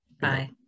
Bye